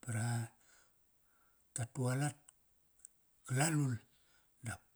Ba ra, ta tualat galalul dap.